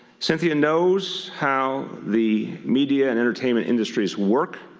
cynthia knows how the media and entertainment industries work.